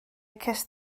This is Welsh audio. cest